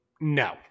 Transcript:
No